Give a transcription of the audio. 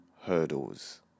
Hurdles